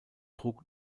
trug